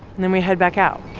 and then we head back out.